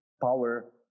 power